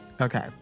Okay